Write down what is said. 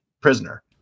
prisoner